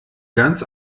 ganz